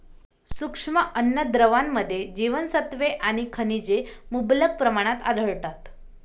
सूक्ष्म अन्नद्रव्यांमध्ये जीवनसत्त्वे आणि खनिजे मुबलक प्रमाणात आढळतात